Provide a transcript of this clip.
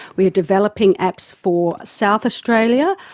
we are developing apps for south australia,